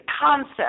concept